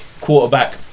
Quarterback